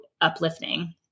uplifting